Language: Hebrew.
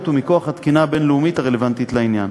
ומכוח התקינה הבין-לאומית הרלוונטית לעניין.